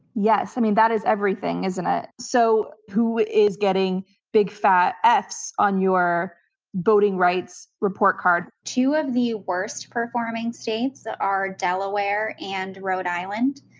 yes, i mean that is everything, isn't ah it? so who is getting big fat fs on your voting rights report card? two of the worst performing states are are delaware and rhode island.